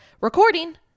Recording